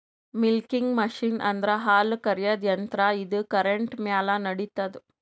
milking machine ಅಂದ್ರ ಹಾಲ್ ಕರ್ಯಾದ್ ಯಂತ್ರ ಇದು ಕರೆಂಟ್ ಮ್ಯಾಲ್ ನಡಿತದ್